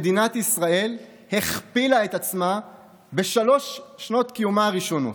מדינת ישראל הכפילה את עצמה בשלוש שנות קיומה הראשונות.